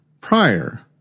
Prior